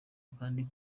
kandi